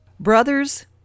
Brothers